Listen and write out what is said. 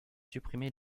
supprimé